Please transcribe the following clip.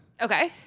Okay